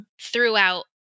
Throughout